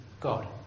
God